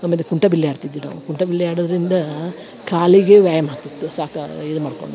ಆಮೇಲೆ ಕುಂಟೆ ಬಿಲ್ಲೆ ಆಡ್ತಿದ್ವಿ ನಾವು ಕುಂಟೆ ಬಿಲ್ಲೆ ಆಡೋದರಿಂದ ಕಾಲಿಗೆ ವ್ಯಾಯಾಮ ಆಗ್ತಿತ್ತು ಸಾಕಾ ಇದು ಮಾಡ್ಕೊಂಡು